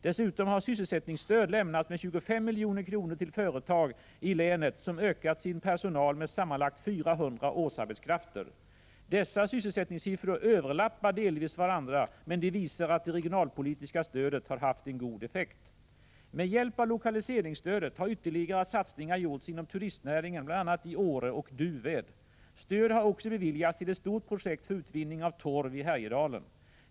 Dessutom har sysselsättningsstöd lämnats med 25 milj.kr. till företag i länet som ökat sin personal med sammanlagt 400 årsarbetskrafter. Dessa sysselsättningssiffror överlappar delvis varandra, men de visar att det regionalpolitiska stödet har — Prot. 1985/86:104 haft en god effekt. 1 april 1986 Med hjälp av lokaliseringsstödet har ytterligare satsningar gjorts inom turistnäringen bl.a. i Åre och Duved. Stöd har också beviljats till ett stort Re berolknings: : K ra Sa ä Äsk Z utvecklingen projekt för utvinning av torv i Härjedalen.